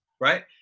right